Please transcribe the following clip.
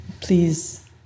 please